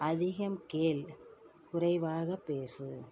அதிகம் கேள் குறைவாக பேசு